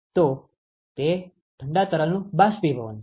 તો તે ઠંડા તરલનુ બાષ્પીભવન છે